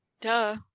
duh